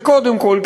וקודם כול,